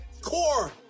core